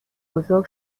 بزرگ